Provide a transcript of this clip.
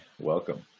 welcome